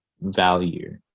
value